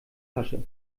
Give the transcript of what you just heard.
tasche